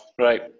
Right